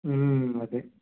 అదే